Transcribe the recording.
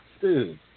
dude